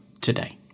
today